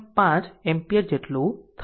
5 ampere જેટલું હશે